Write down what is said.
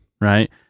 right